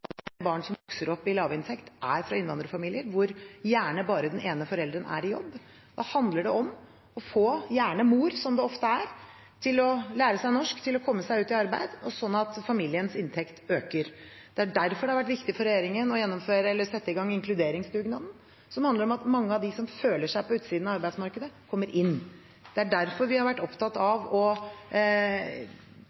barn som vokser opp i lavinntektsfamilier, er fra innvandrerfamilier, hvor gjerne bare den ene forelderen er i jobb. Da handler det gjerne om å få mor, som det ofte er, til å lære seg norsk og komme seg ut i arbeid, sånn at familiens inntekt øker. Det er derfor det har vært viktig for regjeringen å sette i gang inkluderingsdugnaden, som handler om at mange av dem som føler seg på utsiden av arbeidsmarkedet, skal komme inn. Det er derfor vi har vært opptatt